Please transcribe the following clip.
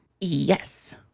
Yes